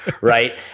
right